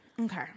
okay